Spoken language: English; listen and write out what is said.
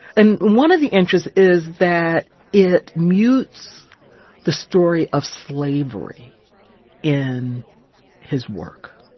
and one of the interests is that it mutes the story of slavery in his work,